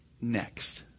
next